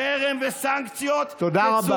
חרם וסנקציות, תודה רבה.